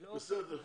כן.